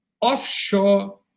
offshore